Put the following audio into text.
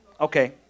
Okay